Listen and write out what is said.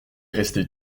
resté